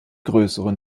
größere